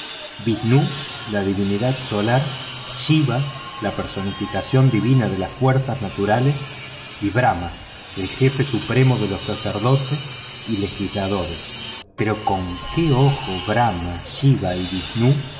vishma la divinidad solar shiva la personificación divina de las fuerzas naturales y brahma el jefe supremo de los sacerdotes y legisladores pero con qué ojo brahma shiva y